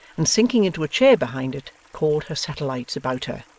and sinking into a chair behind it, called her satellites about her,